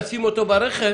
נשים אותו ברכב,